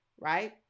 right